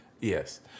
Yes